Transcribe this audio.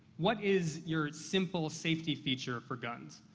what is your simple safety feature for guns?